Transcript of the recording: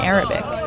Arabic